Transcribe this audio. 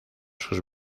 sus